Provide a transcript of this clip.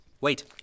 Wait